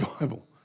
Bible